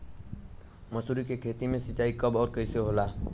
मसुरी के खेती में सिंचाई कब और कैसे होला?